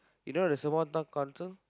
you know the Sembawang town council